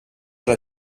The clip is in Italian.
alla